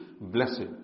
blessed